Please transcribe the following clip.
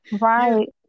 Right